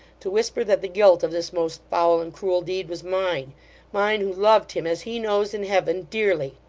to whisper that the guilt of this most foul and cruel deed was mine mine, who loved him, as he knows, in heaven, dearly.